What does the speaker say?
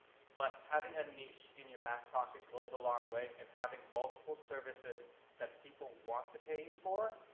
but having a niche in your back pocket goes a long way and having multiple services that people want to pay you for